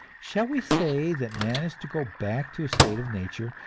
shall we say that man is to go back to a state of nature,